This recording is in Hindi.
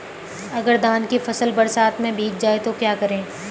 अगर धान की फसल बरसात में भीग जाए तो क्या करें?